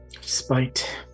Spite